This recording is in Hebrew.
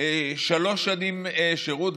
שלוש שנות שירות,